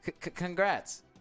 Congrats